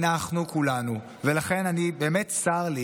צר לי